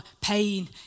pain